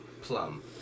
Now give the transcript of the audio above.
plum